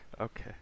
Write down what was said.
Okay